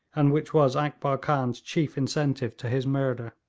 and which was akbar khan's chief incentive to his murder.